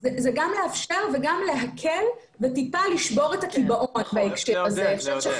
זה גם לאפשר וגם להקל וטיפה לשבור את הקיבעון בהקשר הזה.